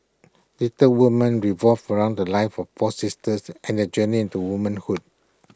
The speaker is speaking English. Little Woman revolves around the lives of four sisters and their journey into womanhood